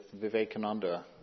Vivekananda